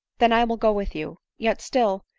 then i will go with you. yet still,